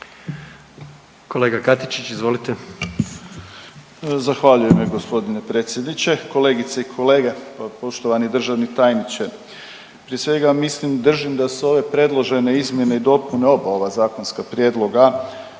**Katičić, Krunoslav (HDZ)** Zahvaljujem g. predsjedniče. Kolegice i kolege, poštovani državni tajniče. Prije svega mislim, držim da su ove predložene izmjene i dopune, oba ova zakonska prijedloga